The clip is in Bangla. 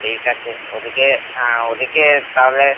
ঠিক আছে ওদিকে হ্যাঁ ওদিকে তাহলে